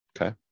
okay